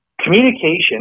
Communication